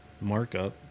markup